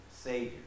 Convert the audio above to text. Savior